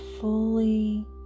fully